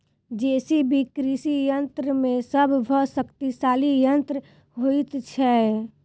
JCB कृषि यंत्र मे सभ सॅ शक्तिशाली यंत्र होइत छै